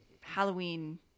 Halloween